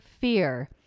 fear